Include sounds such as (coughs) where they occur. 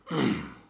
(coughs)